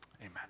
amen